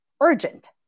urgent